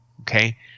okay